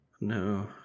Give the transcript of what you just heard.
No